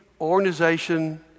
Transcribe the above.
organization